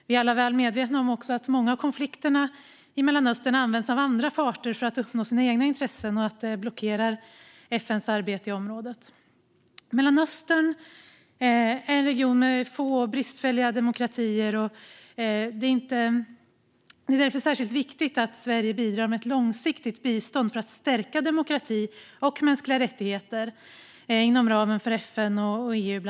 Vi är alla också väl medvetna om att många av konflikterna i Mellanöstern används av andra parter för att uppnå sina egna intressen och att det blockerar FN:s arbete i området. Mellanöstern är en region med få och bristfälliga demokratier. Det är därför särskilt viktigt att Sverige bidrar med ett långsiktigt bistånd för att stärka demokrati och mänskliga rättigheter, bland annat inom ramen för FN och EU.